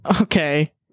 Okay